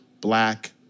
black